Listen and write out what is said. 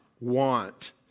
want